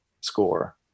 score